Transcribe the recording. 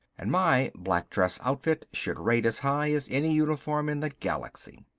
and my black dress outfit should rate as high as any uniform in the galaxy.